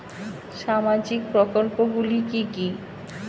সামাজিক প্রকল্পগুলি কি কি?